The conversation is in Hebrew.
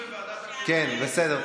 כן, בסדר.